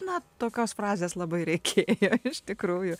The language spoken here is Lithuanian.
na tokios frazės labai reikėjo iš tikrųjų